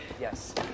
Yes